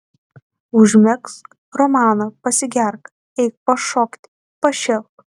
užmegzk romaną pasigerk eik pašokti pašėlk